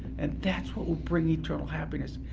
and that's what will bring eternal happiness.